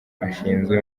ashinzwe